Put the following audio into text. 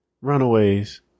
Runaways